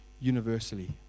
universally